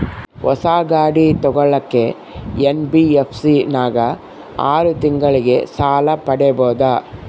ಹೊಸ ಗಾಡಿ ತೋಗೊಳಕ್ಕೆ ಎನ್.ಬಿ.ಎಫ್.ಸಿ ನಾಗ ಆರು ತಿಂಗಳಿಗೆ ಸಾಲ ಪಡೇಬೋದ?